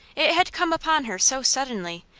it had come upon her so suddenly,